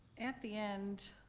at the end,